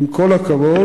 עם כל הכבוד,